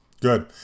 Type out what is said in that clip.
good